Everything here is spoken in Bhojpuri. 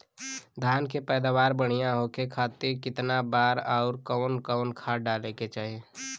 धान के पैदावार बढ़िया होखे खाती कितना बार अउर कवन कवन खाद डाले के चाही?